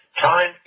Time